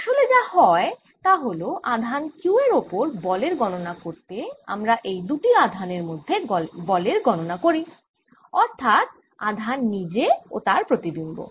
আসলে যা হয় তা হল আধান q এর ওপর বলের গণনা করতে আমরা এই দুটি আধানের মধ্যে বলের গণনা করি অর্থাৎ আধান নিজে ও তার প্রতিবিম্ব